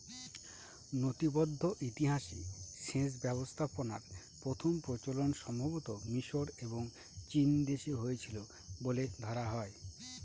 নথিবদ্ধ ইতিহাসে সেচ ব্যবস্থাপনার প্রথম প্রচলন সম্ভবতঃ মিশর এবং চীনদেশে হয়েছিল বলে ধরা হয়